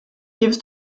gives